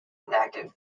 inactive